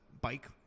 bike